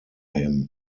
him